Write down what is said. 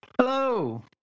Hello